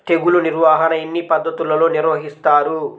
తెగులు నిర్వాహణ ఎన్ని పద్ధతులలో నిర్వహిస్తారు?